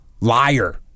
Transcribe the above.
liar